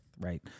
right